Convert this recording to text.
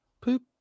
poop